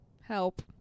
Help